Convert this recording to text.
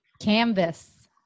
Canvas